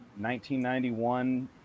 1991